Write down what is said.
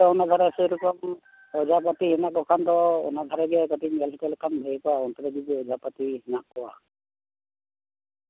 ᱟᱯᱮ ᱚᱱᱟ ᱫᱷᱟᱨᱮ ᱥᱮᱨᱚᱠᱚᱢ ᱚᱡᱷᱟ ᱯᱟᱹᱛᱤ ᱢᱮᱱᱟᱜ ᱠᱚᱠᱷᱟᱱ ᱫᱚ ᱚᱱᱟ ᱫᱷᱟᱨᱮᱜᱮ ᱠᱟᱹᱴᱤᱡ ᱧᱮᱞ ᱦᱚᱪᱚ ᱞᱮᱠᱷᱟᱱ ᱵᱷᱟᱹᱜᱮ ᱠᱚᱜᱼᱟ ᱚᱱᱛᱮᱨᱮ ᱡᱚᱫᱤ ᱚᱡᱷᱟᱯᱟᱛᱤ ᱢᱮᱱᱟᱜ ᱠᱚᱣᱟ